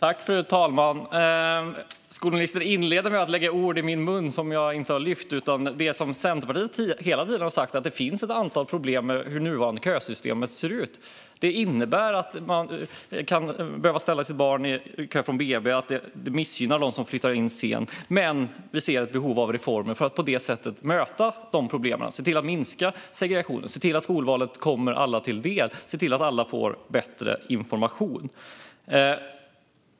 Fru talman! Skolministern inledde med att lägga ord i min mun som jag inte har lyft fram. Det som Centerpartiet hela tiden har sagt är att det finns ett antal problem med hur det nuvarande kösystemet ser ut. Det innebär att man kan behöva ställa sitt barn i kö på BB och att det missgynnar dem som flyttar in sent. Vi ser ett behov av reformer för att på det sättet möta de problemen, se till att minska segregationen, se till att skolvalet kommer alla till del och se till att alla får bättre information.